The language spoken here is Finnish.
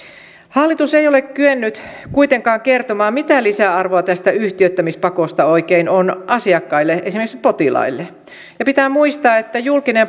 hallitus ei ole kyennyt kuitenkaan kertomaan mitä lisäarvoa tästä yhtiöittämispakosta oikein on asiakkaille esimerkiksi potilaille ja pitää muistaa että julkinen